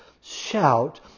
shout